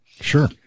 Sure